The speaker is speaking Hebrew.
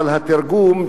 אבל התרגום,